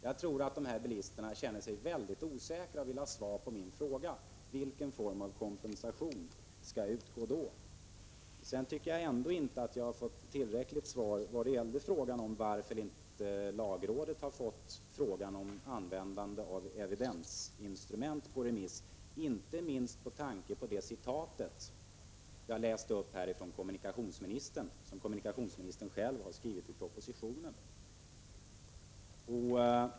Jag tror att dessa bilister känner sig osäkra och vill ha svar på frågan: Vilken form av kompensation skall utgå då? Jag tycker ändå inte att jag har fått ett tillfredsställande svar på frågan om varför lagrådet inte har fått förslaget om användande av evidensinstrument på remiss, inte minst med tanke på det som kommunikationsministern själv skrivit i propositionen och som jag citerade.